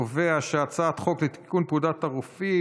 ההצעה להעביר את הצעת חוק לתיקון פקודת הרופאים